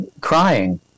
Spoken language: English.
crying